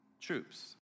troops